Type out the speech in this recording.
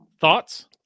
Thoughts